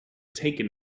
taken